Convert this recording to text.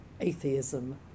atheism